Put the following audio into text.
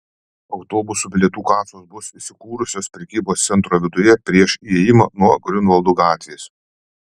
autobusų bilietų kasos bus įsikūrusios prekybos centro viduje prieš įėjimą nuo griunvaldo gatvės